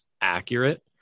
accurate